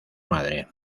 madre